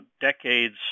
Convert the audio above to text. decades